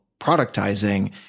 productizing